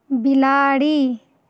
बिलाड़ि